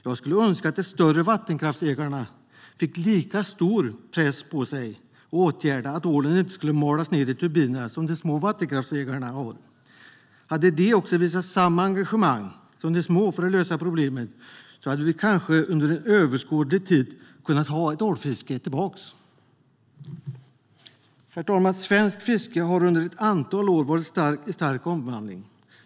Jag skulle önska att de större vattenkraftsägarna fick lika stor press på sig som de små att vidta åtgärder för att ålen inte ska malas ned i turbinerna. Hade de stora visat samma engagemang för att lösa problemet som de små gör hade vi kanske inom en överskådlig framtid kunna återuppta ålfisket. Herr talman! Svenskt fiske har under ett antal år varit i stark omvandling.